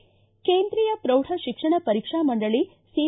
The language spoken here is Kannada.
ಿ ಕೇಂದ್ರೀಯ ಪ್ರೌಢ ಶಿಕ್ಷಣ ಪರೀಕ್ಷಾ ಮಂಡಳಿ ಸಿ